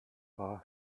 war